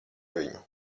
viņu